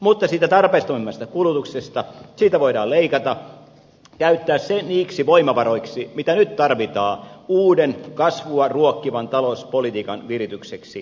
mutta siitä tarpeettomimmasta kulutuksesta voidaan leikata käyttää se niiksi voimavaroiksi joita nyt tarvitaan uuden kasvua ruokkivan talouspolitiikan viritykseksi